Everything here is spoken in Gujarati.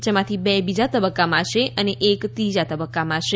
જેમાંથી બે બીજા તબક્કામાં છે અને એક ત્રીજા તબક્કામાં છે